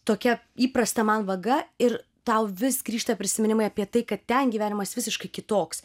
tokia įprasta man vaga ir tau vis grįžta prisiminimai apie tai kad ten gyvenimas visiškai kitoks